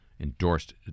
endorsed